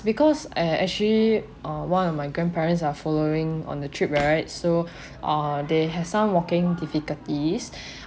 because I actually uh one of my grandparents are following on the trip right so uh they have some walking difficulties